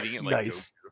Nice